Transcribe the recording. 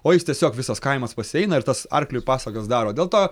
o jis tiesiog visas kaimas pas jį eina ir tas arkliui pasagas daro dėl to